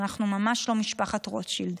ואנחנו ממש לא משפחת רוטשילד.